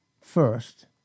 first